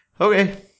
Okay